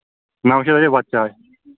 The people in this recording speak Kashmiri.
نو شَتھ بیٚیہِ بتہٕ چاے